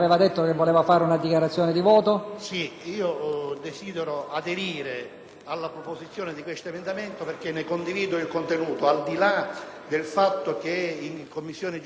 aderire alla proposizione del suddetto emendamento perché ne condivido il contenuto, al li là del fatto che in Commissione giustizia sia pronto un disegno di legge che modifica l'assetto del codice